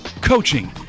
coaching